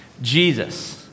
Jesus